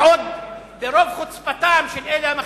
ועוד ברוב חוצפתם של אלה המחליטים,